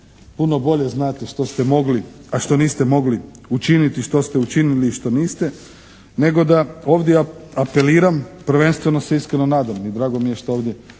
puno bolje znate što ste mogli, a što niste mogli učiniti, što ste učinili i što niste, nego da ovdje ja apeliram prvenstveno se iskreno nadam i drago mi je što je